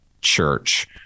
church